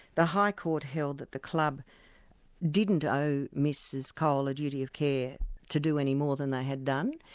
the high court held that the club didn't owe mrs cole a duty of care to do any more than they had done.